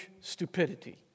stupidity